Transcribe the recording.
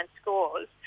scores